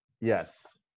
Yes